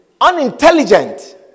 unintelligent